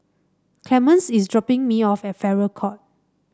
Clemence is dropping me off at Farrer Court